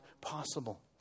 possible